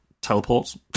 teleports